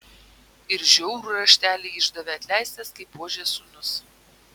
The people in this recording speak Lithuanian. ir žiaurų raštelį išdavė atleistas kaip buožės sūnus